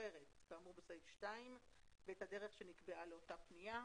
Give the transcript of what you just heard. אחרת כאמור בסעיף 2 ואת הדרך שנקבעה לאותה פנייה."